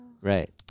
right